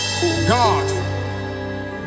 God